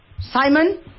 Simon